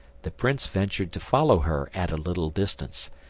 the prince ventured to follow her at a little distance,